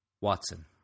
Watson